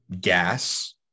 gas